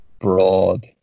broad